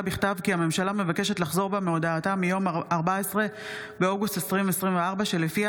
בכתב כי הממשלה מבקשת לחזור בה מהודעתה מיום 14 באוגוסט 2024 שלפיה